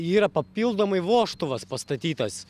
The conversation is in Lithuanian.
yra papildomai vožtuvas pastatytas